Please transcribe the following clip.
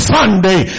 Sunday